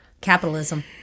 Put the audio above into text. capitalism